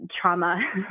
trauma